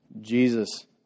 Jesus